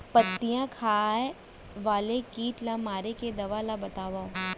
पत्तियां खाए वाले किट ला मारे के दवा ला बतावव?